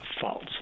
false